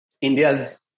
India's